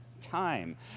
time